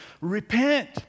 Repent